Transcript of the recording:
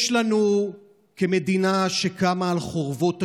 לנו, כמדינה שקמה על חורבות השואה,